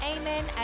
amen